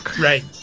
Right